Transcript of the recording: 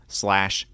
slash